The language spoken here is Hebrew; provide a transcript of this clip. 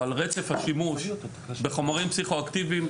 או שעל רצף השימוש בחומרים פסיכו-אקטיביים,